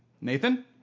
Nathan